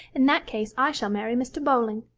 in that case i shall marry mr. bowling.